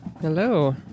Hello